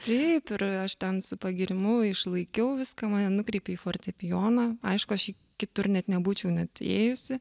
taip ir aš ten su pagyrimu išlaikiau viską mane nukreipė į fortepijoną aišku aš į kitur net nebūčiau net ėjusi